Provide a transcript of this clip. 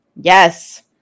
Yes